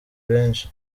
benshi